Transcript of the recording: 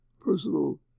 personal